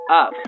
up